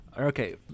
Okay